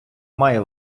має